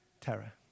terror